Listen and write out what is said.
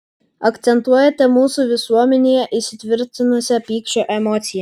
akcentuojate mūsų visuomenėje įsitvirtinusią pykčio emociją